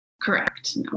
Correct